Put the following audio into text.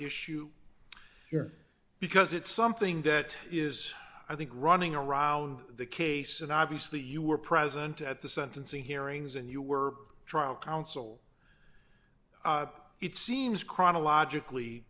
issue here because it's something that is i think running around the case and obviously you were present at the sentencing hearings and you were trial counsel it seems chronologically